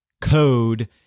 code